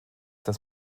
das